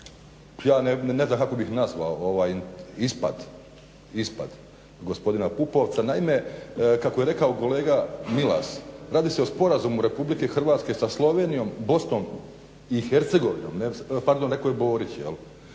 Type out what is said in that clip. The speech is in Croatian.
ja ne znam kako bih nazvao ispad gospodina Pupovca. Naime, kako je rekao kolega Milas radi se o sporazumu RH sa Slovenijom, BiH pardon rekao je Borić dakle